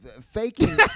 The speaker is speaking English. Faking